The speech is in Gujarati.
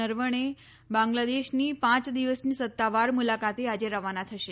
નરવણે બાંગ્લાદેશની પાંચ દિવસની સત્તાવાર મુલાકાતે આજે રવાના થશે